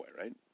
right